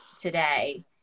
today